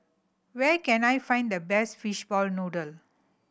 where can I find the best fishball noodle